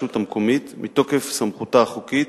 המקומית, מתוקף סמכותה החוקית,